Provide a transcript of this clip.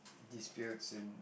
disputes and